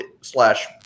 slash